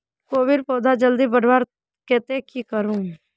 कोबीर पौधा जल्दी बढ़वार केते की करूम?